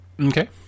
Okay